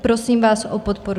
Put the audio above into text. Prosím vás o podporu.